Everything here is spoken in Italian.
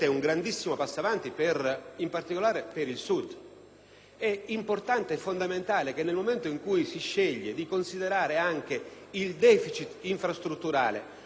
È importante e fondamentale che, nel momento in cui si sceglie di considerare anche il deficit infrastrutturale come un elemento in base al quale effettuare la perequazione,